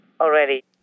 already